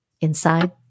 inside